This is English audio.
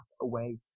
away